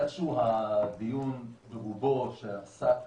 הדיון שעוסק